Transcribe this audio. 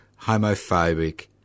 homophobic